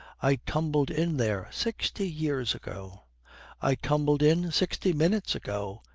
i tumbled in there sixty years ago i tumbled in sixty minutes ago!